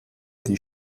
die